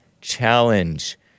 challenge